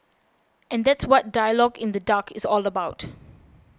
and that's what Dialogue in the Dark is all about